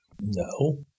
No